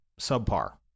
subpar